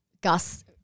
Gus